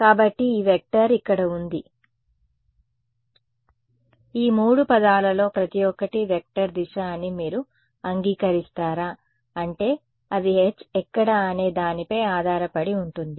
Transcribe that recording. కాబట్టి ఈ వెక్టార్ ఇక్కడ ఉంది ఈ 3 పదాలలో ప్రతి ఒక్కటి వెక్టర్ దిశ అని మీరు అంగీకరిస్తారా అంటే అది H ఎక్కడ అనే దానిపై ఆధారపడి ఉంటుంది